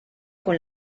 con